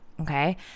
Okay